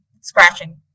scratching